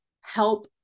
help